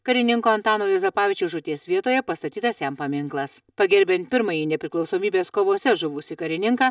karininko antano juozapavičiaus žūties vietoje pastatytas jam paminklas pagerbiant pirmąjį nepriklausomybės kovose žuvusį karininką